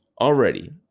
already